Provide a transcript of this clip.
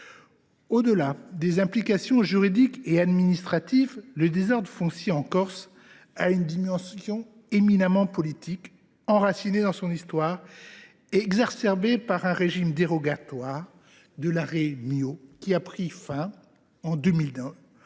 Au delà de ses implications juridiques et administratives, le désordre foncier en Corse revêt une dimension éminemment politique, enracinée dans son histoire et exacerbée par le régime dérogatoire instauré par l’arrêté Miot du 10